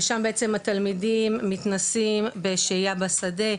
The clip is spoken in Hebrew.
ושם בעצם התלמידים מתנסים בשהייה בשדה,